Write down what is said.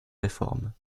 réformes